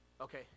Okay